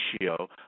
ratio